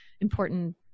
important